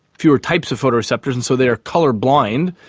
fewer types of photoreceptors, and so they are colourblind,